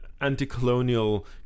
anti-colonial